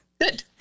Good